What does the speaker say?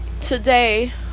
Today